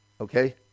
okay